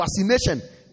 vaccination